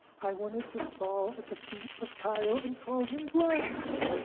i wanted to fall at the feet of kyle and call him blessed!